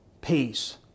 peace